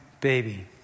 baby